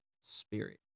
spirit